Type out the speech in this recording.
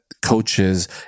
coaches